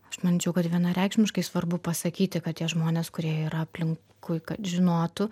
aš manyčiau kad vienareikšmiškai svarbu pasakyti kad tie žmonės kurie yra aplinkui kad žinotų